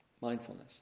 Mindfulness